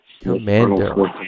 Commando